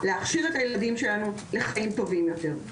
להכשיר את הילדים שלנו לחיים טובים יותר,